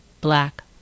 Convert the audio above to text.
Black